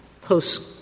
post